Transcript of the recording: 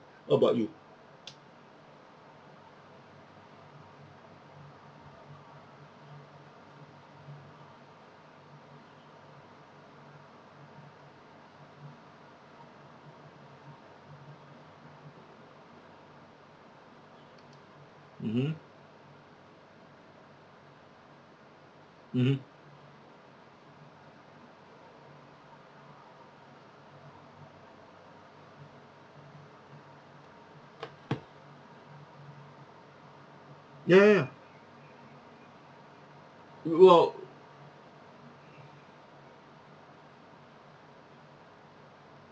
what about you mmhmm mmhmm ya ya ya well